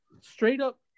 straight-up